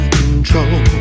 control